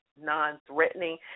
non-threatening